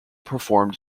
performed